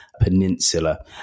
Peninsula